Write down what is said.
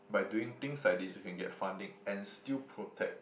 by doing things like these we get funding and still protect